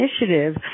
initiative